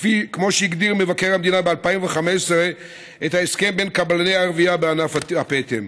כמו שהגדיר מבקר המדינה ב-2015 את ההסכם בין קבלני הרבייה בענף הפטם.